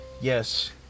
Yes